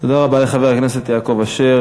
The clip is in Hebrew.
תודה רבה לחבר הכנסת יעקב אשר.